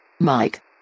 Mike